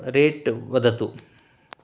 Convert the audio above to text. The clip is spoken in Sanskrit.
रेट् वदतु